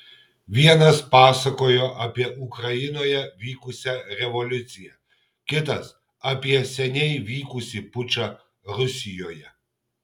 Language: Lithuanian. vienas pasakojo apie ukrainoje vykusią revoliuciją kitas apie seniai vykusį pučą rusijoje